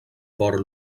port